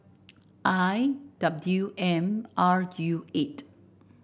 I W M R U eight